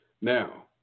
Now